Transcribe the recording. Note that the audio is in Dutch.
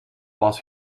was